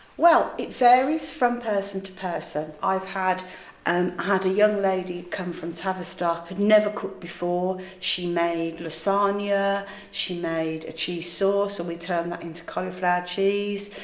it varies from person to person. i've had and had a young lady come from tavistock, had never cooked before, she made lasagne, ah she made a cheese sauce and we turned that into cauliflower cheese,